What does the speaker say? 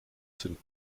sind